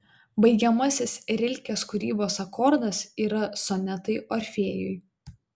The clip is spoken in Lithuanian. baigiamasis rilkės kūrybos akordas yra sonetai orfėjui